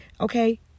Okay